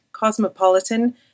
Cosmopolitan